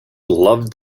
loved